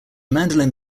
mandolin